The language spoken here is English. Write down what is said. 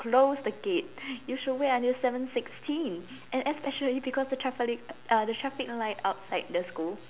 close the gate you should wait until seven sixteen and especially because the traffic uh the traffic light outside the school